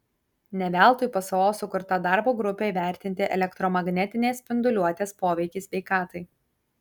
ne veltui pso sukurta darbo grupė įvertinti elektromagnetinės spinduliuotės poveikį sveikatai